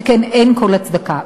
שכן אין לזה כל הצדקה.